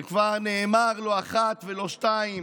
וכבר נאמר לא אחת ולא שתיים